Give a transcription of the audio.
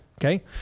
Okay